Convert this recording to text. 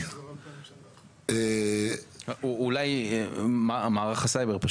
אולי מערך הסייבר.